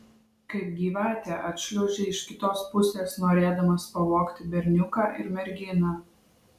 kaip gyvatė atšliaužei iš kitos pusės norėdamas pavogti berniuką ir merginą